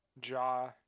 Jaw